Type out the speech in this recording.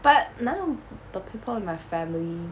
but none of the people in my family